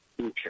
Okay